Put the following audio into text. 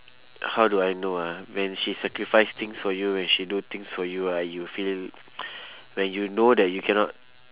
how do I know ah when she sacrifice things for you when she do things for you ah you feel when you know that you cannot